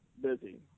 busy